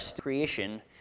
creation